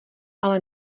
ale